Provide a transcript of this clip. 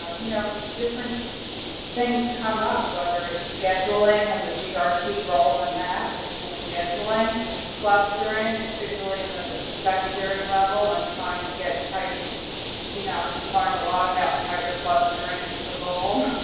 ah you know, different things come up, whether it's scheduling and the gr t ah t role in that with school scheduling clustering particularly in the the secondary level and trying to get tight you know i just learned a lot about tighter clustering is the goal.